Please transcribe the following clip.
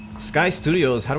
sky studios,